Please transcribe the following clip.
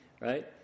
right